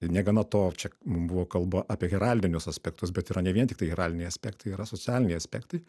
negana to čia buvo kalba apie heraldinius aspektus bet yra ne vien tiktai heraldiniai aspektai yra socialiniai aspektai